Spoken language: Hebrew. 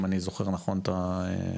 אם אני זוכר נכון את המספר.